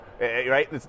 Right